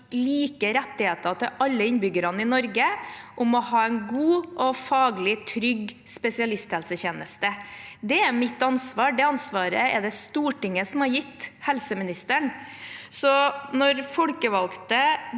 like rettigheter til alle innbyggerne i Norge til å ha en god og faglig trygg spesialisthelsetjeneste. Det er mitt ansvar. Det ansvaret er det Stortinget som har gitt helseministeren. Så når folkevalgte